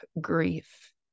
grief